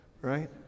right